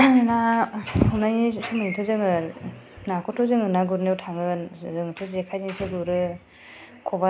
ना हमनायनि सोमोन्दै थ जोङो नाखौथ जोङो ना गुरनो थागोन जोंथ जेखायजोंसो गुरो खबाय जेखाय